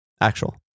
Actual